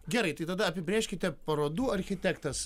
gerai tai tada apibrėžkite parodų architektas